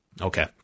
Okay